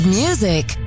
music